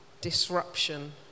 disruption